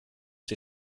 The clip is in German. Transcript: die